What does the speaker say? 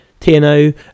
tno